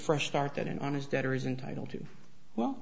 fresh start that an honest debtor is entitled to well